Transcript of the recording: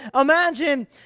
Imagine